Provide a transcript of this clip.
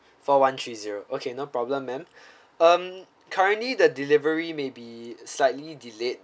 four one three zero okay no problem ma'am um currently the delivery may be slightly delayed